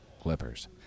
Clippers